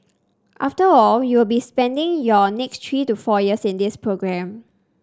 after all you will be spending your next three to four years in this programme